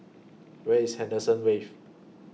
Where IS Henderson Wave